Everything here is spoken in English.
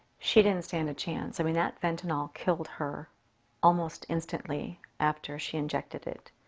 she didn't stand a chance. i mean that fentanyl killed her almost instantly after she injected it.